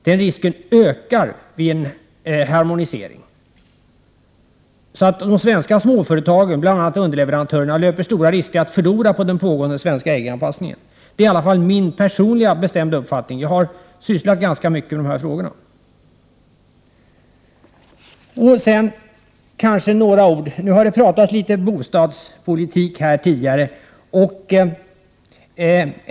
Den risken ökar vid en harmonisering. De svenska småföretagen, bl.a. underleverantörerna, löper stora risker att förlora på den pågående svenska EG-anpassningen. Det är i alla fall min personliga bestämda uppfattning. Jag har sysslat ganska mycket med dessa frågor. Det har pratats litet bostadspolitik här tidigare.